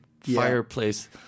fireplace